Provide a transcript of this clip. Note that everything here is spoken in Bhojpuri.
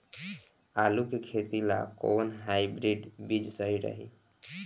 आलू के खेती ला कोवन हाइब्रिड बीज सही रही?